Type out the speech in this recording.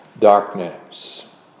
darkness